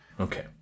Okay